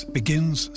begins